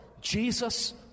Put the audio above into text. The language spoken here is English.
Jesus